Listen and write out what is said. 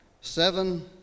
seven